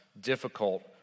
difficult